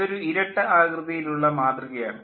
ഇതൊരു ഇരട്ട ആകൃതിയിലുള്ള മാതൃക ആണ്